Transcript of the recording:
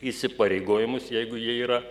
įsipareigojimus jeigu jie yra